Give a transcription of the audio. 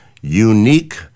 unique